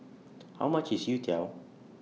How much IS Youtiao